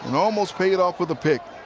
and almost paid off with a pick.